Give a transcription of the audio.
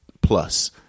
plus